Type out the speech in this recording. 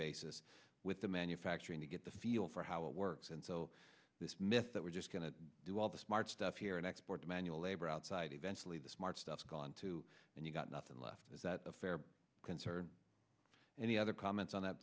basis with the manufacturing to get the feel for how it works and so this myth that we're just going to do all the smart stuff here and export manual labor outside eventually the smart stuff gone too and you've got nothing left is that a fair concern any other comments on that